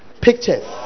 Pictures